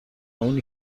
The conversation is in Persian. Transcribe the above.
اونی